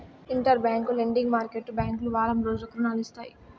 inter bank lending market బ్యాంకులు వారం రోజులకు రుణాలు ఇస్తాయి